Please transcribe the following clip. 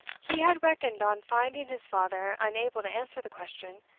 he had reckoned on finding his father unable to answer the question.